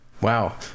Wow